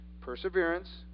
perseverance